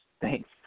Thanks